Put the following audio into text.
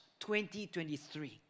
2023